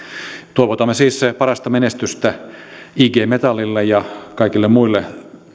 toivotamme siis parasta menestystä ig metallille ja kaikille muille